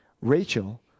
Rachel